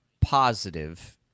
positive